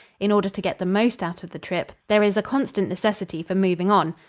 in order to get the most out of the trip, there is a constant necessity for moving on.